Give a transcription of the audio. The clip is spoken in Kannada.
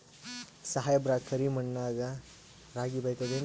ಸಾಹೇಬ್ರ, ಕರಿ ಮಣ್ ನಾಗ ರಾಗಿ ಬೆಳಿತದೇನ್ರಿ?